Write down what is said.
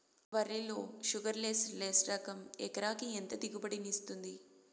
వరి లో sugarless less రకం ఎకరాకి ఎంత దిగుబడినిస్తుంది